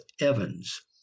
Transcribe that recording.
Evans